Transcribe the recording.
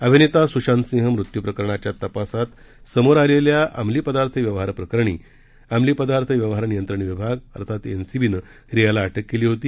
अभिनेता सुशांतसिंह मृत्यू प्रकरणाच्या तपासात समोर आलेल्या अंमली पदार्थ व्यवहार प्रकरणी अंमली पदार्थ व्यवहार नियंत्रण विभाग एनसीबीनं रियाला अटक केली होती